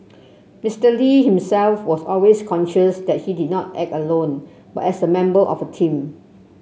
Mister Lee himself was always conscious that he did not act alone but as a member of a team